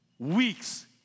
Weeks